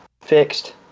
fixed